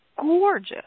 gorgeous